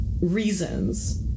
reasons